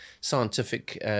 scientific